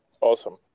Awesome